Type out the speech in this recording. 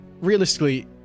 realistically